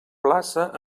plaça